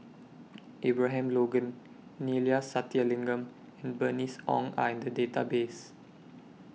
Abraham Logan Neila Sathyalingam and Bernice Ong Are in The Database